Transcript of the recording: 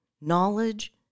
knowledge